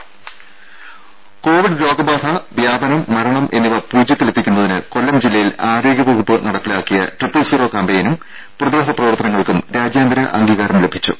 ടെട കോവിഡ് രോഗബാധ വ്യാപനം മരണം എന്നിവ പൂജ്യത്തിലെ ത്തിക്കുന്നതിന് കൊല്ലം ജില്ലയിൽ ആരോഗ്യവകുപ്പ് നടപ്പിലാക്കിയ ട്രിപ്പിൾ സീറോ ക്യാമ്പയിനും പ്രതിരോധ പ്രവർത്തനങ്ങൾക്കും രാജ്യാന്തര അംഗീകാരം ലഭിച്ചു